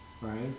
right